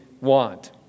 want